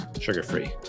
sugar-free